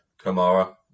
Kamara